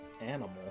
animal